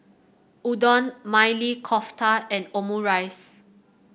Udon Maili Kofta and Omurice